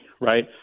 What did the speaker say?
right